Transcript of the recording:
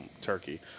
Turkey